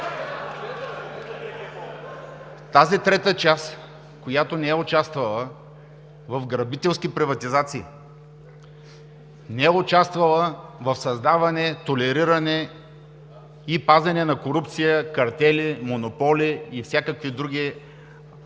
Тази трета част, която не е участвала в грабителски приватизации, не е участвала в създаване, толериране и пазене на корупция, картели, монополи и всякакви други, които